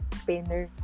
spinner